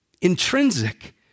intrinsic